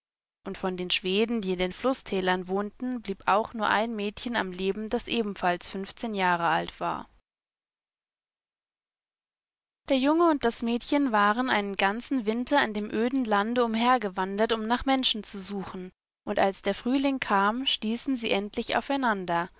und von den schweden die in der flußtälern wohnten blieb auch nur ein mädchen am leben das ebenfalls fünfzehnjahrealtwar derjungeunddasmädchenwareneinenganzenwinterindemödenlande umhergewandert um nach menschen zu suchen und als der frühling kam stießen sie endlich aufeinander